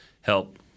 help